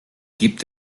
gibt